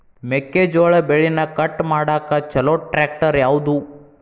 ಮೆಕ್ಕೆ ಜೋಳ ಬೆಳಿನ ಕಟ್ ಮಾಡಾಕ್ ಛಲೋ ಟ್ರ್ಯಾಕ್ಟರ್ ಯಾವ್ದು?